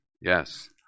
Yes